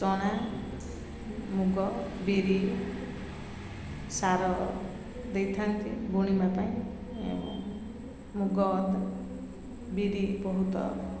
ଚଣା ମୁଗ ବିରି ସାର ଦେଇଥାନ୍ତି ବୁଣିବା ପାଇଁ ମୁଗ ବିରି ବହୁତ